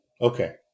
Okay